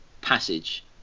Passage